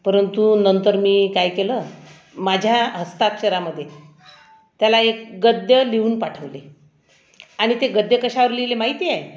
परंतु नंतर मी काय केलं माझ्या हस्ताक्षरामध्ये त्याला एक गद्य लिहून पाठवले आणि ते गद्य कशावर लिहिले माहिती आहे